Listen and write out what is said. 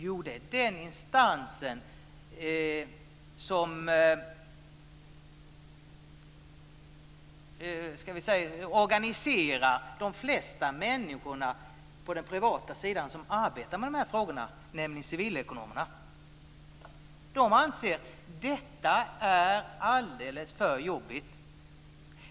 Jo, det är den instans som organiserar de flesta människorna på den privata sidan som arbetar med frågorna, nämligen Civilekonomerna. De anser att detta är alldeles för jobbigt.